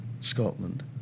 Scotland